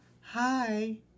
hi